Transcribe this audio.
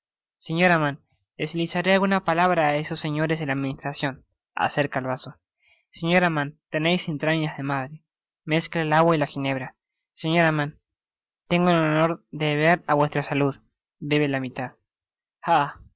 señora mann deslizaré alguna palabra á esos señores de la administracion acerca el vaso señora mann teneis entrañas de madre mezcla el agua y el ginebra señora mann tengo el honor de beber á vuestra salud bebe la mitad